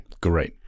Great